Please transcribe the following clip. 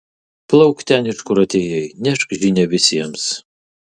plauk ten iš kur atėjai nešk žinią visiems